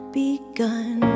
begun